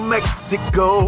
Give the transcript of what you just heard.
Mexico